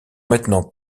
maintenant